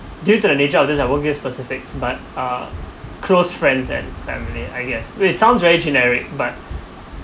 due to the nature of these I won't give specifics but uh close friends and family I guess it sounds very generic but